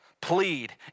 plead